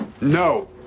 No